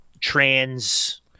trans